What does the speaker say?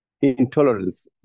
intolerance